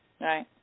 Right